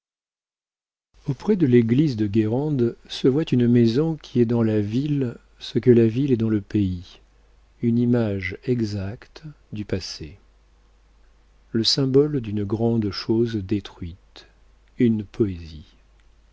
auprès de l'église de guérande se voit une maison qui est dans la ville ce que la ville est dans le pays une image exacte du passé le symbole d'une grande chose détruite une poésie